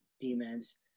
demons